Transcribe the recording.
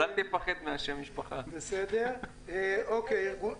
והתוצאות הן תוצאות טובות כי אנחנו באמת